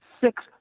Six